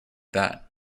that